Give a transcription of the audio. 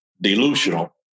delusional